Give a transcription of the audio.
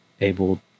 able